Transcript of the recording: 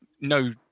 no